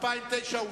סעיף 58,